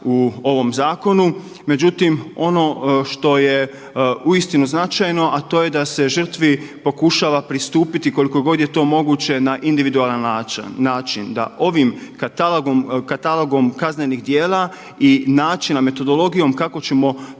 u ovom zakonu. Međutim, ono što je uistinu značajno, a to je da se žrtvi pokušava pristupiti koliko god je to moguće na individualan način, da ovim katalogom kaznenih djela i načina, metodologijom kako ćemo